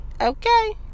okay